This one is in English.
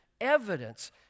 evidence